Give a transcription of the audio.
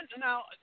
now